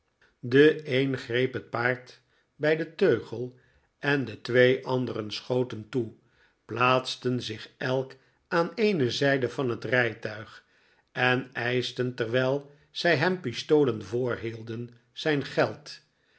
de een greep het paard bij den teugel en de twee anderen schoten toe plaatsten zich elk aan eene zyde van het rijtuig en eischten terwijl zij hem pistolen voorhielden zijn geld